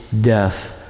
death